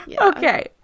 okay